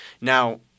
Now